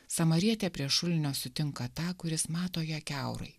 samarietė prie šulinio sutinka tą kuris mato ją kiaurai